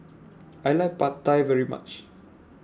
I like Pad Thai very much